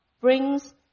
brings